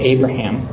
Abraham